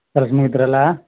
ತರಸ್ಮಿ ಇದ್ರಲ್ಲಾ